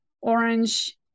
orange